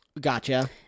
gotcha